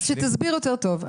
אז שתסביר יותר טוב.